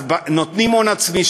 אז נותנים הון עצמי,